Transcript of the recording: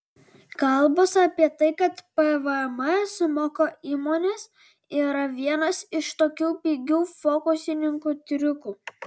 kalbos apie tai kad pvm sumoka įmonės yra vienas iš tokių pigių fokusininkų triukų